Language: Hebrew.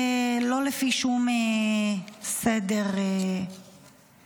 לא לפי שום סדר מיוחד,